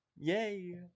Yay